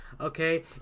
okay